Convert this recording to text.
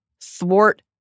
thwart